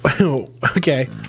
Okay